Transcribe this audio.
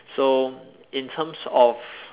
so in terms of